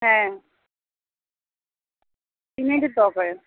হ্যাঁ